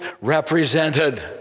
represented